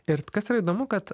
ir kas yra įdomu kad